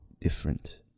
different